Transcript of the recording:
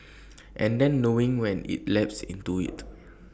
and then knowing when IT lapse into IT